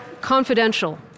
confidential